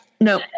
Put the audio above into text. no